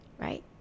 right